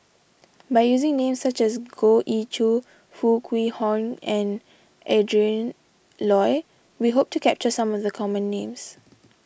by using names such as Goh Ee Choo Foo Kwee Horng and Adrin Loi we hope to capture some of the common names